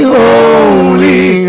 holy